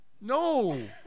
No